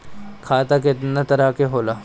खाता केतना तरह के होला?